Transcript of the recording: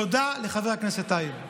תודה לחבר הכנסת טייב.